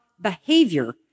behavior